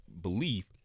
belief